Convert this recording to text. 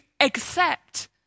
accept